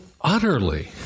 utterly